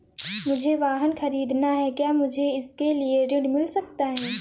मुझे वाहन ख़रीदना है क्या मुझे इसके लिए ऋण मिल सकता है?